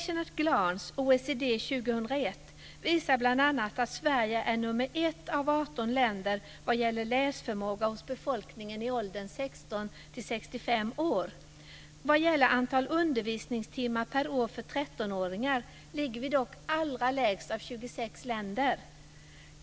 2001 visar bl.a. att Sverige är nummer ett av 18 länder när det gäller läsförmåga hos befolkningen i åldern 16-65 år. När det gäller antalet undervisningstimmar per år för 13-åringar ligger vi dock allra lägst av 26 länder.